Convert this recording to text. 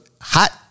hot